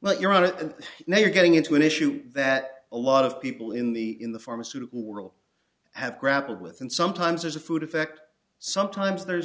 while you're at it and now you're getting into an issue that a lot of people in the in the pharmaceutical world have grappled with and sometimes there's a food effect sometimes there's